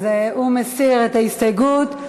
אז הוא מסיר את ההסתייגות.